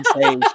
say